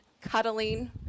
cuddling